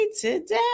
Today